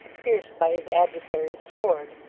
pierced by his adversary's sword.